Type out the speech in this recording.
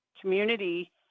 community